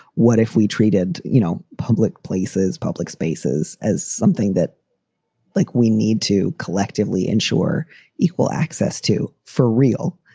what if we treated, you know, public places, public spaces as something that like we need to collectively ensure equal access to for real.